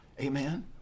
amen